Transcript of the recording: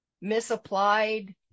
misapplied